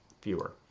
fewer